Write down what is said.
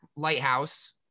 lighthouse